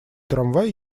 трамвай